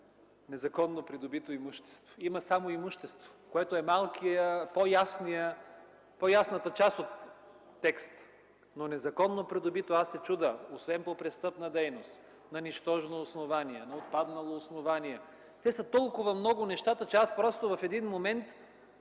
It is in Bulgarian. „Незаконно придобито имущество”. Има само имущество, което е малката, по-ясната част от текста. Но незаконно придобито имущество, аз се чудя!? Освен – по престъпна дейност, на нищожно основание, на отпаднало основание. Те са толкова много нещата, че в един момент